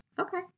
Okay